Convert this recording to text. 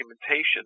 documentation